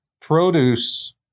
produce